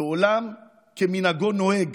ועולם כמנהגו נוהג,